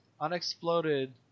unexploded